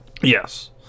Yes